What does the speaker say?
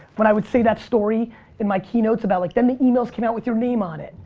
when i would say that story in my keynotes about like, then the emails came out with your name on it.